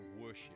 worship